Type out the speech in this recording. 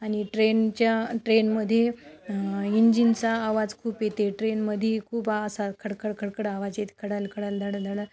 आणि ट्रेनच्या ट्रेनमध्ये इंजिनचा आवाज खूप येते ट्रेनमध्ये खूप असा खडकड खडकड आवाज येत खडाल खडाल धडंधडं